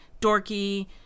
dorky